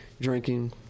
drinking